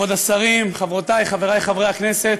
כבוד השרים, חברותי, חברי חברי הכנסת,